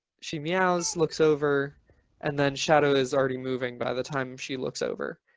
she meows looks over and then shadow is already moving by the time she looks over.